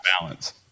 balance